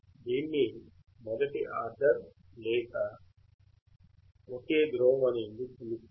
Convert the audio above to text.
దీన్ని మొదటి ఆర్డర్ లేదా ఒకే ధ్రువం అని ఎందుకు పిలుస్తారు